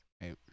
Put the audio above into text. Right